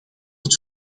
het